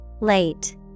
Late